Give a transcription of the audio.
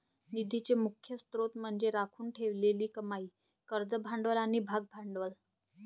निधीचे मुख्य स्त्रोत म्हणजे राखून ठेवलेली कमाई, कर्ज भांडवल आणि भागभांडवल